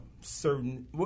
certain